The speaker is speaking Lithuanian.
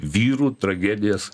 vyrų tragedijas